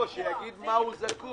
לא, שיגיד למה הוא זקוק.